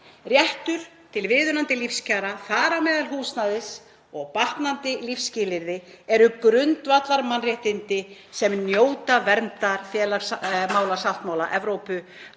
Réttur til viðunandi lífskjara, þar á meðal húsnæðis og batnandi lífsskilyrða, eru grundvallarmannréttindi sem njóta verndar félagsmálasáttmála Evrópu,